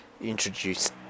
introduce